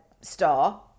star